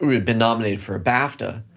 had been nominated for a bafta.